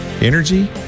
Energy